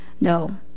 No